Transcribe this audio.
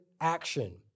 action